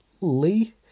Lee